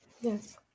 yes